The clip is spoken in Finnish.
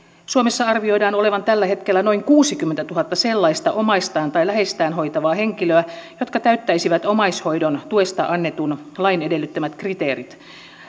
suomessa arvioidaan olevan tällä hetkellä noin kuusikymmentätuhatta sellaista omaistaan tai läheistään hoitavaa henkilöä jotka täyttäisivät omaishoidon tuesta annetun lain edellyttämät kriteerit